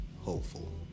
hopeful